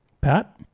Pat